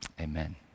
amen